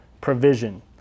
provision